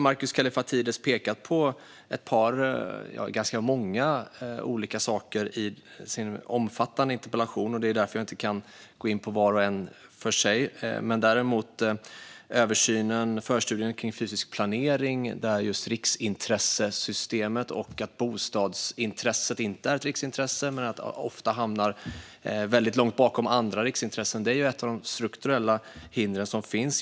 Markus Kallifatides har pekat på ganska många saker i sin omfattande interpellation, och jag kan därför inte gå in på dem var en för sig. Jag vill dock nämna förstudien kring fysisk planering, där riksintressesystemet ingår. Bostadsintresset är inte ett riksintresse, men att det ofta hamnar väldigt långt bakom riksintressena är ett av de strukturella hinder som finns.